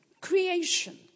creation